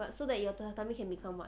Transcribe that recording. but so that your turn tell me can become [what]